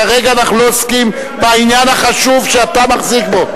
כרגע אנחנו לא עוסקים בעניין החשוב שאתה מחזיק בו.